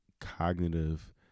cognitive